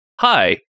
Hi